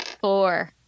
Four